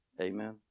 Amen